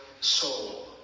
soul